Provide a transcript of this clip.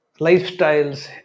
lifestyles